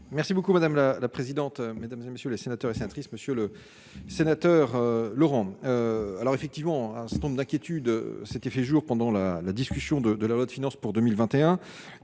Merci beaucoup madame la la présidente, mesdames et messieurs les sénateurs et sénatrices, monsieur le sénateur Laurent alors effectivement un certain nombre d'inquiétudes s'étaient fait jour pendant la la discussion de la loi de finances pour 2021